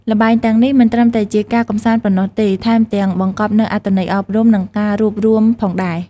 ល្បែងទាំងនេះមិនត្រឹមតែជាការកម្សាន្តប៉ុណ្ណោះទេ ថែមទាំងបង្កប់នូវអត្ថន័យអប់រំ និងការរួបរួមផងដែរ។